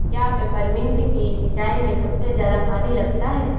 क्या पेपरमिंट की सिंचाई में सबसे ज्यादा पानी लगता है?